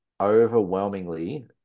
overwhelmingly